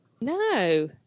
No